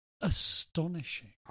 astonishing